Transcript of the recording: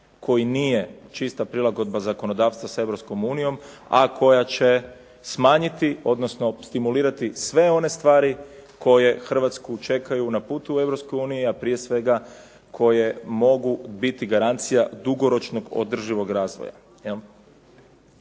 koji nije čista prilagodba zakonodavstva s Europskom unijom a koja će smanjiti odnosno stimulirati sve one stvari koje Hrvatsku čekaju na putu u Europsku uniju a prije svega koje mogu biti garancija dugoročnog održivog razvoja.